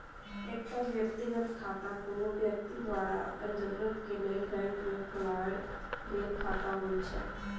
एकटा व्यक्तिगत खाता कुनु व्यक्ति द्वारा अपन जरूरत के लेल बैंक में खोलायल गेल खाता होइत छै